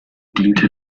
diente